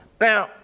Now